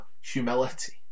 humility